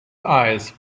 eyes